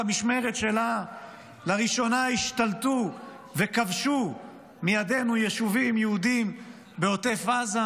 במשמרת שלה לראשונה השתלטו וכבשו מידינו יישובים יהודיים בעוטף עזה,